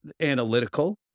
analytical